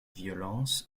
violence